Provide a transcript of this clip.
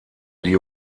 die